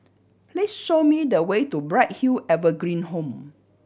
please show me the way to Bright Hill Evergreen Home